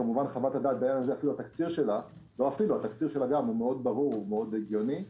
כמובן חוות הדעת, התקציר שלה מאוד ברור והגיוני.